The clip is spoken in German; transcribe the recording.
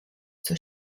zur